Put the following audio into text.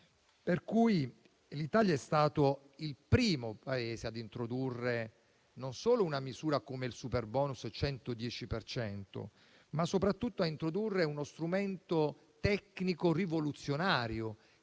*green*. L'Italia è stata il primo Paese ad introdurre non solo una misura come il superbonus 110 per cento, ma soprattutto a introdurre uno strumento tecnico rivoluzionario,